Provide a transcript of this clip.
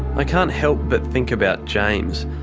i can't help but think about james,